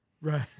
Right